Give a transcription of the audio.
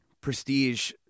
Prestige